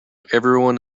everyone